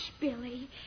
Billy